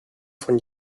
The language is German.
von